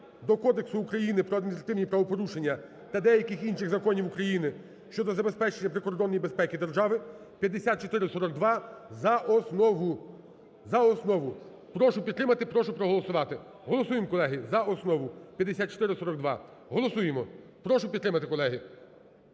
до Кодексу України про адміністративні правопорушення та деяких інших Законів України щодо забезпечення прикордонної безпеки держави, 5442 за основу. За основу. Прошу підтримати, прошу проголосувати. Голосуємо, колеги, за основу, 5442. Голосуємо, прошу підтримати, колеги.